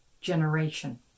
generation